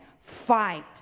fight